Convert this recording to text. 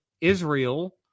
Israel